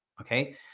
okay